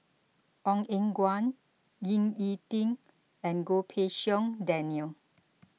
Ong Eng Guan Ying E Ding and Goh Pei Siong Daniel